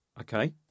Okay